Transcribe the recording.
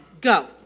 Go